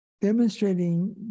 demonstrating